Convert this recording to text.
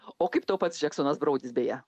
o kaip tau pats džeksonas broudis beje